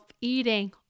eating